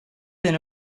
been